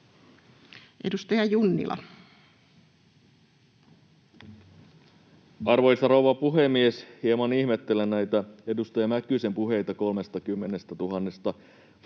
Edustaja Junnila. Arvoisa rouva puhemies! Hieman ihmettelen näitä edustaja Mäkysen puheita 30 000:sta.